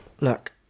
Look